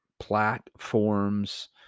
platforms